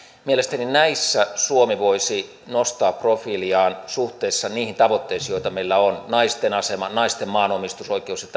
mielestäni näissä suomi voisi nostaa profiiliaan suhteessa niihin tavoitteisiin joita meillä on naisten asemaan naisten maanomistusoikeuteen ja